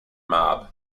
mob